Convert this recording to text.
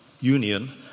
Union